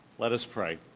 let us pray.